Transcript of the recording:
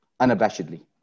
unabashedly